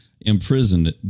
imprisoned